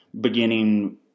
beginning